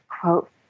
quote